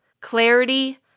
clarity